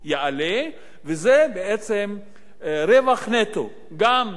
וזה בעצם רווח נטו גם במישור הפרט,